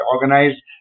organized